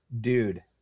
dude